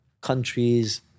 countries